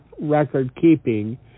record-keeping